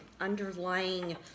underlying